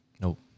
Nope